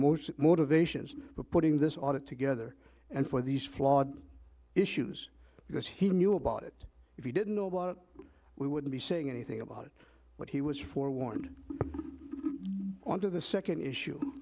most motivations for putting this audit together and for these flawed issues because he knew about it if you didn't know about it we wouldn't be saying anything about it but he was forewarned on to the second issue